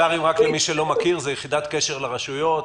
יקל"רים, למי שלא מכיר, זה יחידת קשר לרשויות.